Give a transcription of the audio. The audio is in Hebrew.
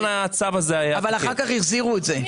אבל אחר כך החזירו את זה.